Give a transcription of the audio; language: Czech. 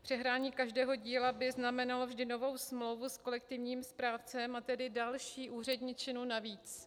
Přehrání každého díla by znamenalo vždy novou smlouvu s kolektivním správcem, a tedy další úředničinu navíc.